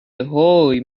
هووی